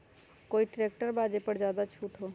कोइ ट्रैक्टर बा जे पर ज्यादा छूट हो?